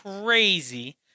crazy